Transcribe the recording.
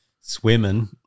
swimming